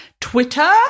Twitter